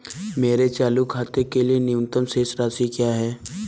मेरे चालू खाते के लिए न्यूनतम शेष राशि क्या है?